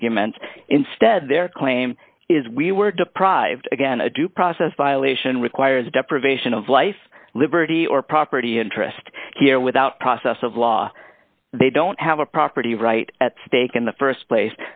arguments instead their claim is we were deprived again a due process violation requires deprivation of life liberty or property interest here without process of law they don't have a property right at stake in the st place